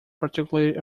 particularly